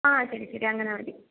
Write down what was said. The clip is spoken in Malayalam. ആ ശരി ശരി അങ്ങനെ മതി